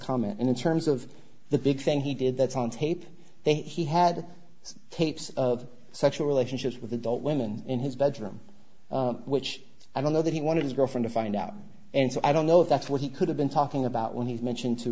comment in terms of the big thing he did that's on tape they he had tapes of sexual relationships with adult women in his bedroom which i don't know that he wanted his girlfriend to find out and so i don't know if that's what he could have been talking about when he mentioned to